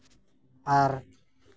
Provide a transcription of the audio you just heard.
ᱟᱨ